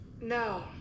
no